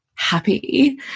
Happy